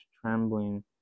trembling